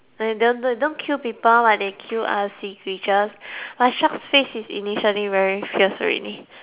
like they they don't kill people but they kill other sea creatures like sharks face is initially very fierce already